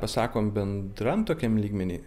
pasakom bendram tokiam lygmeny